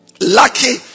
lucky